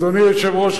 אדוני היושב-ראש,